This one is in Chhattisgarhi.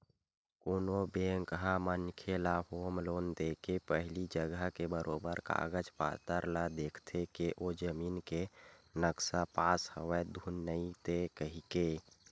कोनो बेंक ह मनखे ल होम लोन देके पहिली जघा के बरोबर कागज पतर ल देखथे के ओ जमीन के नक्सा पास हवय धुन नइते कहिके